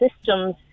systems